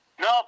No